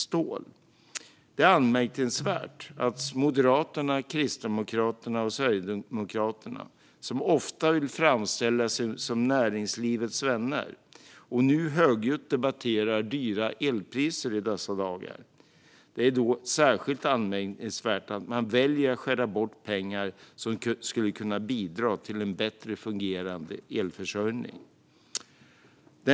Det är särskilt anmärkningsvärt att Moderaterna, Kristdemokraterna och Sverigedemokraterna, som ofta vill framställa sig som näringslivets vänner och som nu i dessa dagar högljutt debatterar dyra elpriser, väljer att skära bort pengar som skulle kunna bidra till en bättre fungerande elförsörjning.